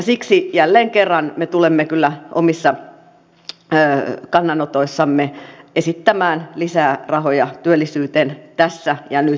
siksi jälleen kerran me tulemme kyllä omissa kannanotoissamme esittämään lisää rahoja työllisyyteen tässä ja nyt